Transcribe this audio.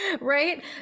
Right